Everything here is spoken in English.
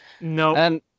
No